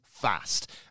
Fast